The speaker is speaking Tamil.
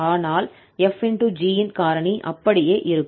ஆனால் 𝑓 ∗ 𝑔 ன் காரணி அப்படியே இருக்கும்